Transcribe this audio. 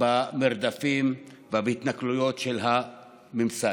במרדפים ובהתנכלויות של הממסד,